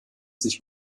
sich